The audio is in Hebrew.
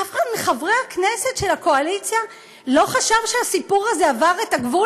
אף אחד מחברי הכנסת של הקואליציה לא חשב שהסיפור הזה עבר את הגבול,